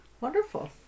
Wonderful